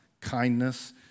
kindness